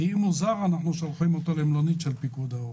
ואם הוא זר אנחנו שולחים אותו למלונית של פיקוד העורף.